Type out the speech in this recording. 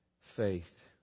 faith